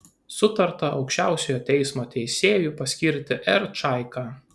sutarta aukščiausiojo teismo teisėju paskirti r čaiką